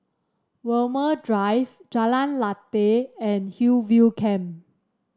Walmer Drive Jalan Lateh and Hillview Camp